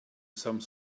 some